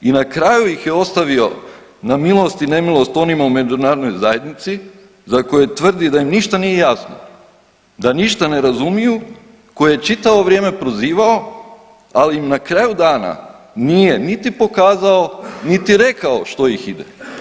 I na kraju ih je ostavio na milost i nemilost onima u međunarodnoj zajednici za koje tvrdi da im ništa nije jasno, da ništa ne razumiju, koje je čitavo vrijeme prozivao ali im na kraju dana nije niti pokazao, niti rekao što ih ide.